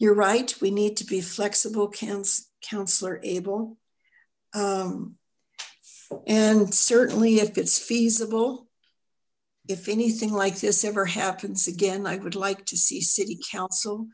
you're right we need to be flexible camp counselor abel and certainly if it's feasible if anything like this ever happens again i would like to see city council